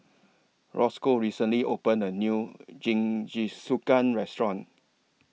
Rosco recently opened A New Jingisukan Restaurant